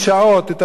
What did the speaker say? את השבילים,